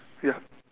ya